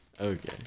Okay